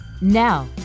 Now